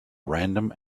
random